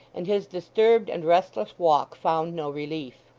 and his disturbed and restless walk found no relief.